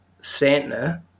Santner